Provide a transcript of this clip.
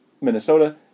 Minnesota